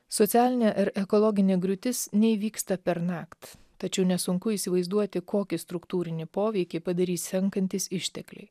socialinė ir ekologinė griūtis neįvyksta pernakt tačiau nesunku įsivaizduoti kokį struktūrinį poveikį padarys senkantys ištekliai